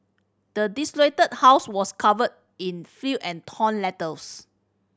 the desolated house was covered in filth and torn letters